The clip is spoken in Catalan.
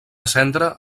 cendra